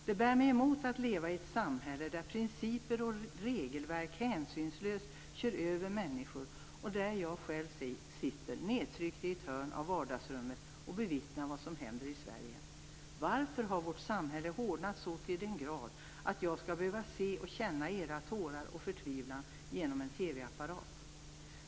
Det bär mig emot att leva i ett samhälle där principer och regelverk hänsynslöst kör över människor och där jag själv sitter nedtryckt i ett hörn av vardagsrummet och bevittnar vad som händer i Sverige. Varför har vårt samhälle hårdnat så till den grad att jag skall behöva se och känna era tårar och er förtvivlan genom en TV-apparat?